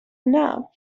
now